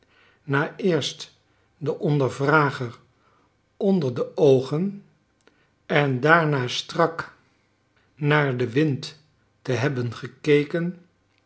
na eerst den ondervrager onder de oogen en daarna strak naar den wind te hebben gekeken